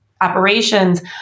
operations